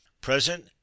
Present